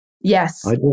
Yes